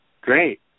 Great